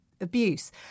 abuse